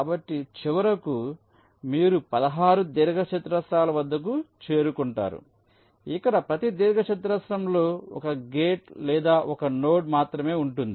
కాబట్టి చివరకు మీరు 16 దీర్ఘచతురస్రాల వద్దకు చేరుకుంటారు ఇక్కడ ప్రతి దీర్ఘచతురస్రంలో 1 గేట్ లేదా 1 నోడ్ మాత్రమే ఉంటుంది